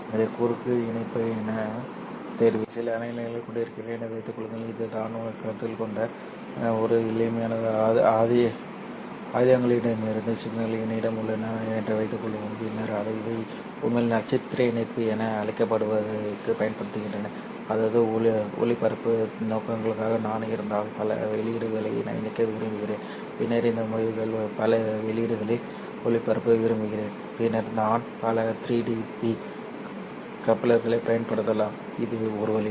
இந்த குறுக்கு இணைப்பு என்ன நான் நிச்சயமாக சில அலைநீளங்களைக் கொண்டிருக்கிறேன் என்று வைத்துக் கொள்ளுங்கள் இது நான் கருத்தில் கொண்ட ஒரு எளிமையானது ஆயுதங்களிலிருந்து சிக்னல்கள் என்னிடம் உள்ளன என்று வைத்துக்கொள்வோம் பின்னர் இவை உண்மையில் நட்சத்திர இணைப்பு என அழைக்கப்படுபவைக்கு பயன்படுத்தப்படுகின்றன அதாவது ஒளிபரப்பு நோக்கங்களுக்காக நான் இருந்தால் பல வெளியீடுகளை இணைக்க விரும்புகிறேன் பின்னர் இந்த முடிவுகளை பல வெளியீடுகளில் ஒளிபரப்ப விரும்புகிறேன் பின்னர் நான் பல 3dB கப்ளர்களைப் பயன்படுத்தலாம் இது ஒரு வழி